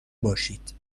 باشید